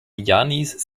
jannis